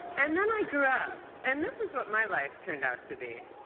and then i grew up, and this is what my life turned out to be.